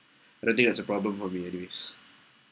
I don't think that's a problem for me anyways